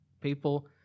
People